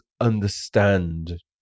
understand